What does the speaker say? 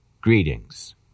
greetings